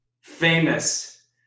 famous